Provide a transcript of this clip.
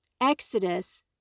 Exodus